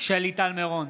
שלי טל מירון,